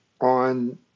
on